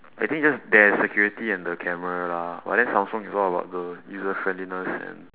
I think just there's security and the camera lah but then samsung is all bout the user friendliness and